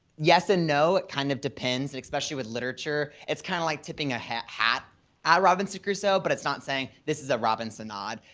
yes and no, it kind of depends, and especially with literature. it's kind of like tipping a hat. i robinson crusoe, but it's not saying this is a robinsonade.